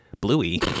bluey